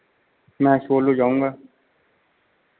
मैं सोलो जाऊँगा